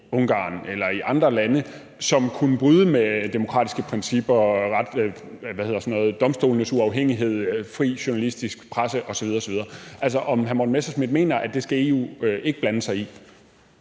Ungarn eller i andre lande, og som kunne bryde med demokratiske principper, domstolenes uafhængighed, uafhængige journalister, en fri presse osv. osv. Mener hr. Morten Messerschmidt, at det skal EU ikke blande sig i?